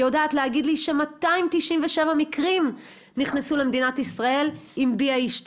היא יודעת להגיד לי ש-297 מקרים נכנסו למדינת ישראל עם BA2,